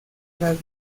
tras